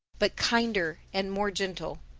but kinder and more gentle.